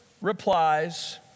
replies